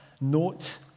note